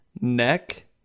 neck